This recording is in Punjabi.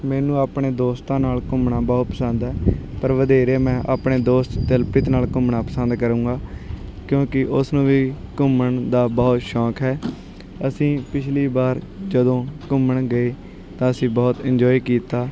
ਮੈਨੂੰ ਆਪਣੇ ਦੋਸਤਾਂ ਨਾਲ ਘੁੰਮਣਾ ਬਹੁਤ ਪਸੰਦ ਹੈ ਪਰ ਵਧੇਰੇ ਮੈਂ ਆਪਣੇ ਦੋਸਤ ਦਿਲਪ੍ਰੀਤ ਨਾਲ ਘੁੰਮਣਾ ਪਸੰਦ ਕਰਾਂਗਾ ਕਿਉਂਕਿ ਉਸ ਨੂੰ ਵੀ ਘੁੰਮਣ ਦਾ ਬਹੁਤ ਸ਼ੌਕ ਹੈ ਅਸੀਂ ਪਿਛਲੀ ਵਾਰ ਜਦੋਂ ਘੁੰਮਣ ਗਏ ਤਾਂ ਅਸੀਂ ਬਹੁਤ ਇੰਜੋਏ ਕੀਤਾ